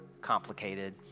complicated